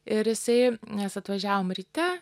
ir jisai mes atvažiavom ryte